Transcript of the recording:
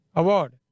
award